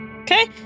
Okay